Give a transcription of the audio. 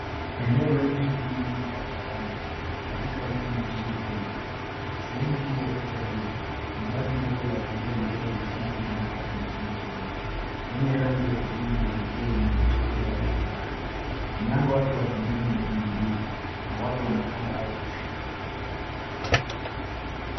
Eneo lenye shughuli nyingi barabarani katika jiji nchini Kenya. Sehemu kuu ya picha hii ni basi dogo la abiria linalojulikana kama matatu nchini Kenya, lenye rangi ya kijivu na likiwa limeegeshwa kando ya barabara. Mlango wake wa pembeni umefunguliwa na watu wanapanda au kushuka.